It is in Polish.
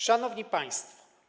Szanowni Państwo!